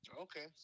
Okay